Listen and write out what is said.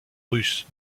russes